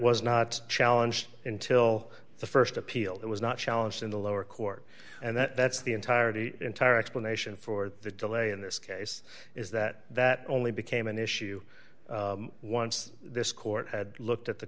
was not challenged until the st appeal that was not challenged in the lower court and that's the entirety entire explanation for the delay in this case is that that only became an issue once this court had looked at the